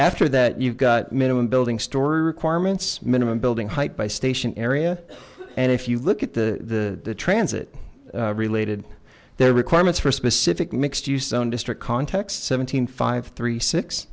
after that you've got minimum building story requirements minimum building height by station area and if you look at the the transit related their requirements for specific mixed use zone district context seventeen five three six